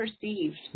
perceived